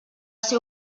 ser